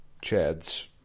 Chad's